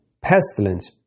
pestilence